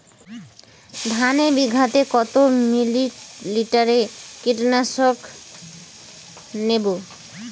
ধানে বিঘাতে কত মিলি লিটার কীটনাশক দেবো?